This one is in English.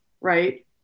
right